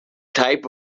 type